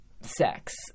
sex